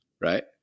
right